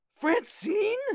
Francine